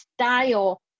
style